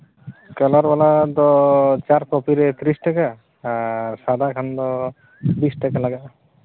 colour ᱵᱟᱞᱟ ᱫᱚ ᱪᱟᱨ ᱠᱚᱯᱤ ᱨᱮ ᱛᱤᱨᱤᱥ ᱴᱟᱠᱟ ᱟᱨ ᱥᱟᱫᱟ ᱠᱷᱟᱱ ᱫᱚ ᱵᱤᱥ ᱴᱟᱠᱟ ᱞᱟᱜᱟᱜᱼᱟ